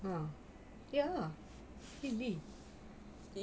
ah yes